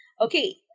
Okay